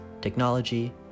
technology